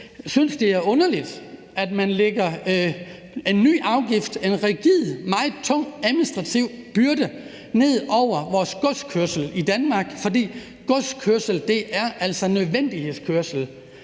side synes, det er underligt, at man lægger en ny afgift, en rigid og meget tung administrativ byrde, ned over vores godskørsel i Danmark. For godskørsel er altså nødvendig kørsel.